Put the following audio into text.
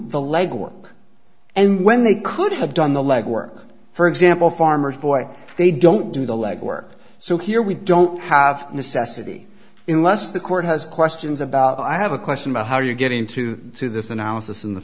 the legwork and when they could have done the legwork for example farmers boy they don't do the leg work so here we don't have a necessity in less the court has questions about i have a question about how you get into to this analysis in the